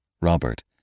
Robert